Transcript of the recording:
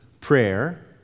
prayer